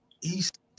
East